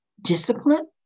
discipline